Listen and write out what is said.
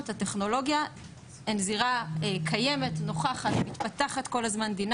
והיא מציבה לעולם המשפט כפי שאמרה גבירתי אתגרים יומיומיים.